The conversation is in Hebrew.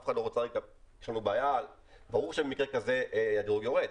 ברור שבמקרה כזה הדירוג יורד.